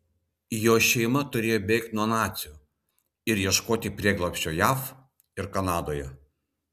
jo šeima turėjo bėgti nuo nacių ir ieškoti prieglobsčio jav ir kanadoje